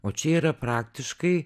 o čia yra praktiškai